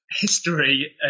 history